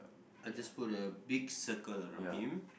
I just put a big circle around him